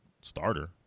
starter